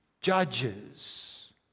judges